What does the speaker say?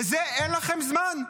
לזה אין לכם זמן?